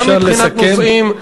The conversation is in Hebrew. גם מבחינת נוסעים,